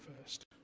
first